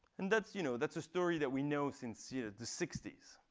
and that's you know that's a story that we know since you know the sixty s.